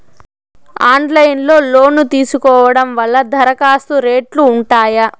Online లో loan తీసుకోవడం వల్ల దరఖాస్తు రేట్లు ఉంటాయా?